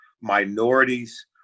minorities